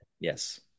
Yes